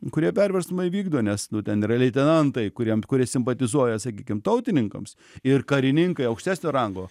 kurie perversmą įvykdo nes nu ten realiai leitenantai kuriem kurie simpatizuoja sakykim tautininkams ir karininkai aukštesnio rango